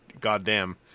Goddamn